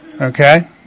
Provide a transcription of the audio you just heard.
Okay